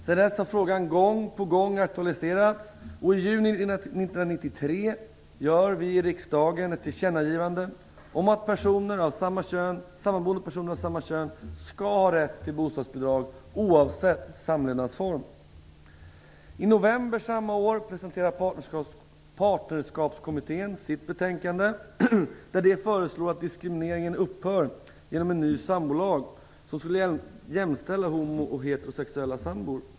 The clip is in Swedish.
Sedan dess har frågan gång på gång aktualiserats, och i juni 1993 gjorde riksdagen ett tillkännagivande om att sammanboende personer av samma kön skall ha rätt till bostadsbidrag oavsett samlevnadsform. I november samma år presenterade Partnerskapskommittén sitt betänkande där den föreslår att diskrimineringen skall upphöra genom en ny sambolag, som skulle jämföra homo och heterosexuella sambor.